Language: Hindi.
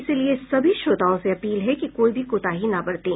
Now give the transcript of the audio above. इसलिए सभी श्रोताओं से अपील है कि कोई भी कोताही न बरतें